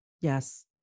Yes